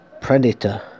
predator